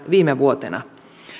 viime vuotena